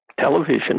television